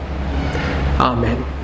Amen